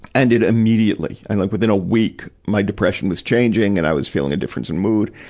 and it immediately, i'm like within a week, my depression was changing and i was feeling a difference in mood.